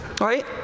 Right